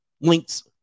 Links